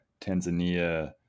Tanzania